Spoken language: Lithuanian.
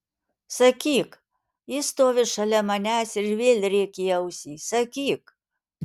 sakyk ji stovi šalia manęs ir vėl rėkia į ausį sakyk